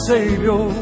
Savior